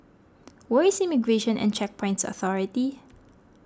where is Immigration and Checkpoints Authority